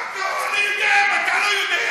אני יודע ואתה לא יודע.